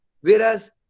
whereas